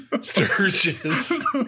Sturgis